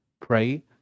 Pray